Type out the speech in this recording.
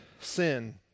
sin